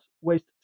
waste